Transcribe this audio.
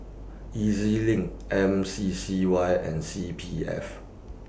E Z LINK M C C Y and C P F